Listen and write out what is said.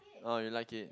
orh you like it